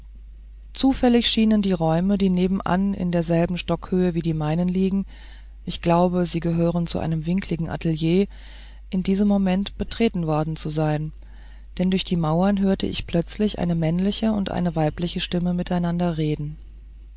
zufällig schienen die räume die nebenan in derselben stockhöhe wie die meinigen liegen ich glaube sie gehören zu einem winkligen atelier in diesem moment betreten worden zu sein denn durch die mauern hörte ich plötzlich eine männliche und eine weibliche stimme miteinander reden